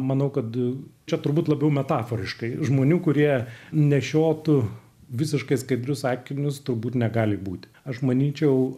manau kad čia turbūt labiau metaforiškai žmonių kurie nešiotų visiškai skaidrius akinius turbūt negali būti aš manyčiau